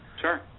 Sure